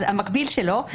המקביל שלו,